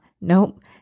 nope